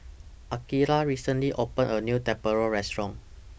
Akeelah recently opened A New Tempura Restaurant